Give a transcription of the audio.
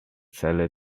seller